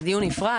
זה דיון נפרד.